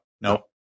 No